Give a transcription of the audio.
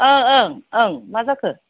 ओं ओं मा जाखो